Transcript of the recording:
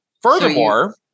Furthermore